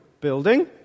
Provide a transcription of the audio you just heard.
building